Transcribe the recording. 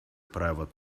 private